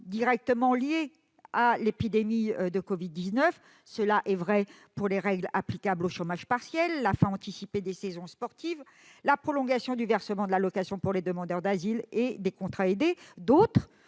directement liées à l'épidémie de Covid-19- il y va ainsi des règles applicables au chômage partiel, de la fin anticipée des saisons sportives, de la prolongation du versement de l'allocation pour les demandeurs d'asile et des contrats aidés -, d'autres,